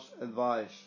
advice